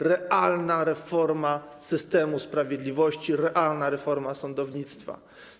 Realna reforma systemu sprawiedliwości, realna reforma sądownictwa.